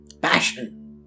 Passion